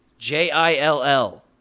J-I-L-L